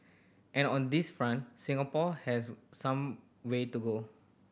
and on this front Singapore has some way to go